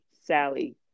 sally